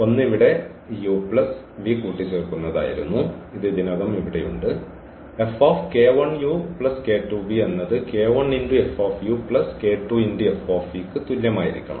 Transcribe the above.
ഒന്ന് ഇവിടെ ഈ u പ്ലസ് v കൂട്ടിച്ചേർക്കുന്നതായിരുന്നു ഇത് ഇതിനകം ഇവിടെയുണ്ട് എന്നത് ന് തുല്യമായിരിക്കണം